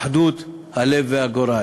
אחדות הלב והגורל.